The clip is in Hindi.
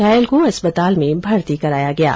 घायल को अस्पताल में भर्ती कराया गया है